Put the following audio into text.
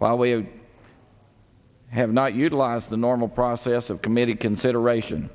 while we have not utilized the normal process of committed consideration